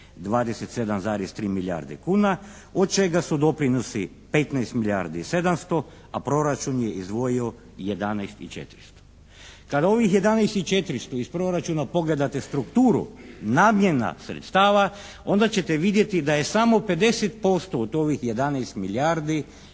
27,3 milijarde kuna od čega su doprinosi 15 milijardi i 700, a proračun je izdvojio 11 i 400. Kad ovih 11 i 400 iz proračuna pogledate strukturu namjena sredstava onda ćete vidjeti da je samo 50% od ovih 11 milijardi za